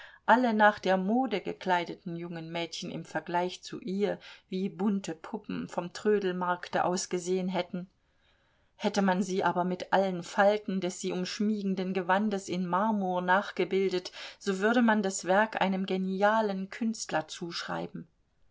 alle nach der mode gekleideten jungen mädchen im vergleich zu ihr wie bunte puppen vom trödelmarkte ausgesehen hätten hätte man sie aber mit allen falten des sie umschmiegenden gewandes in marmor nachgebildet so würde man das werk einem genialen künstler zuschreiben